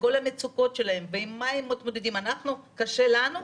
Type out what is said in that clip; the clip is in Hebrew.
וכל המצוקות שלהם ועם מה הם מתמודדים אם קשה לנו,